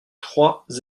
trois